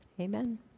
Amen